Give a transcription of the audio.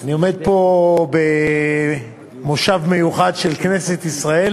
אני עומד פה במושב מיוחד של כנסת ישראל